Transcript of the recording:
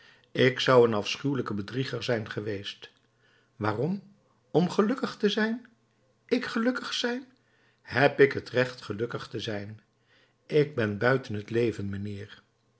ik zou een afschuwelijke bedrieger zijn geweest waarom om gelukkig te zijn ik gelukkig zijn heb ik het recht gelukkig te zijn ik ben buiten het leven mijnheer